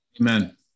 Amen